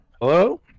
Hello